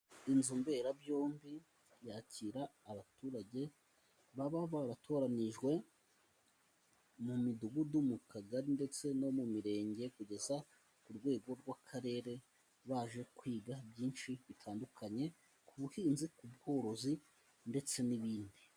Inzu mberabyombi, yakira abaturage baba baratoranyijwe, mu midugudu, mu kagari, ndetse no mu mirenge, kugeza ku rwego rw'akarere, baje kwiga byinshi bitandukanye, ku buhinzi, ku bworozi, ndetse n'ibindi.